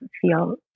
feel